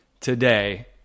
today